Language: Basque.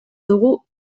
dugu